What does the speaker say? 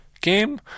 game